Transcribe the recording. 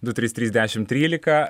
du trys trys dešim trylika